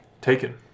Taken